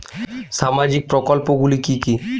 সামাজিক প্রকল্প গুলি কি কি?